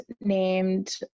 named